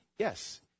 Yes